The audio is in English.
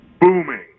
booming